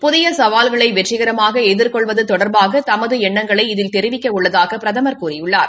புதிய சவால்களை வெற்றிகரமாக எதிர்கொள்வது தொடர்பாக தமது எண்ணங்களை இதில் தெரிவிக்க உள்ளதாக பிரதமர் கூறியுள்ளார்